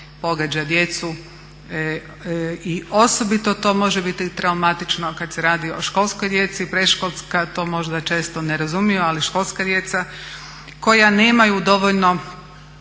pogađa djecu i osobito to može biti traumatično kad se radi o školskoj djeci, predškolska to možda često ne razumiju, ali školska djeca koja nemaju dovoljno